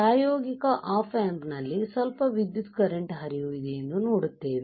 ಪ್ರಾಯೋಗಿಕ op amps ನಲ್ಲಿ ಸ್ವಲ್ಪ ವಿದ್ಯುತ್ ಕರೆಂಟ್ ಹರಿವು ಇದೆ ಎಂದು ನೋಡುತ್ತೇವೆ